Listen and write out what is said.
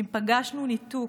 אם פגשנו ניתוק,